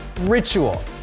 ritual